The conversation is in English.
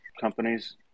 companies